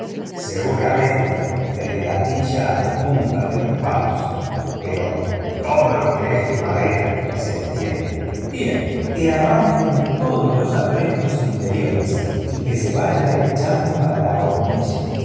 seguramente desde la quilla a la punta de los palos pero todo lo que es de madera se entiende bien que arranquen todos los aprestos interiores y que se vayan echando a la hornilla